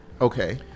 Okay